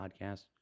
podcast